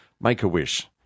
Make-A-Wish